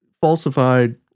falsified